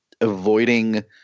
avoiding